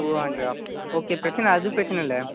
two and half okay பிரச்சினை அது பிரச்சினை இல்லை